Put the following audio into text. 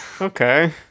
okay